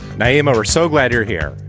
naima, we're so glad you're here.